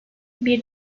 bir